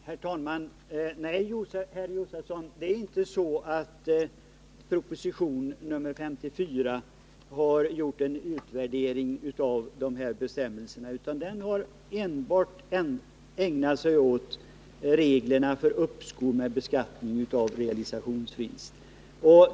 Herr talman! Nej, herr Josefson, det är inte så att propositionen 54 gjort en utvärdering av dessa bestämmelser. Den har enbart ägnat sig åt reglerna för uppskov med beskattningen av realisationsvinster.